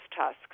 tusks